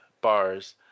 bars